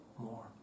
more